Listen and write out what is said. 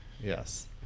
Yes